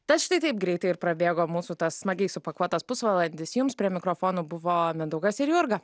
tad štai taip greitai prabėgo mūsų tas smagiai supakuotas pusvalandis jums prie mikrofonų buvo mindaugas ir jurga